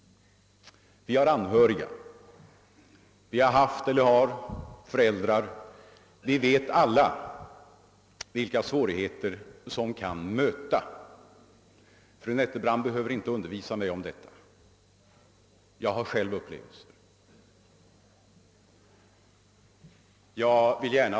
Vi har anhöriga, vi har haft eller har föräldrar, vi vet alla vilka svårigheter som kan möta. Fru Nettelbrandt behöver inte undervisa mig om detta — jag har egna upplevelser att bygga på.